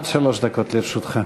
עד שלוש דקות לרשותך.